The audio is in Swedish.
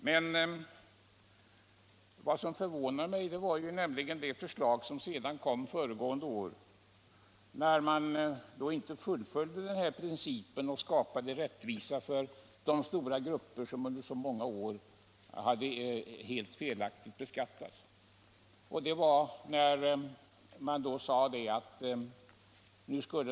Men i det förslag som framlades föregående år fullföljde man inte —- och det förvånade mig — den här principen och skapade rättvisa för de stora grupper som under så många år hade beskattats helt felaktigt.